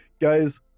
Guys